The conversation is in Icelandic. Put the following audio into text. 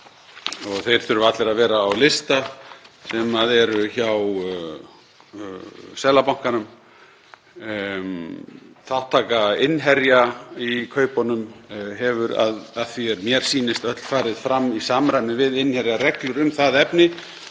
og þeir þurfa allir að vera á lista sem er hjá Seðlabankanum. Þátttaka innherja í kaupunum hefur, að því er mér sýnist, öll farið fram í samræmi við innherjareglur um það efni